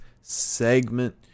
segment